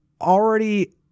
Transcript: already